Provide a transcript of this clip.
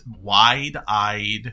wide-eyed